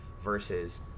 versus